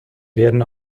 werden